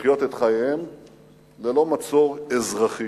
לחיות את חייה ללא מצור אזרחי.